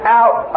out